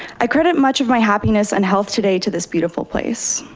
i credit much of my happiness and health today to this beautiful place,